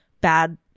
bad